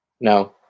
no